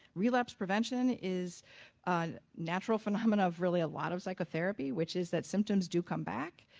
relapse prevention is natural phenomena of really a lot of psychotherapy which is that symptoms do come back,